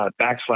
backslash